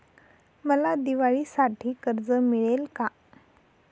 मला दिवाळीसाठी कर्ज मिळेल का?